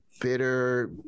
bitter